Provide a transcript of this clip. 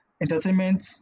entertainment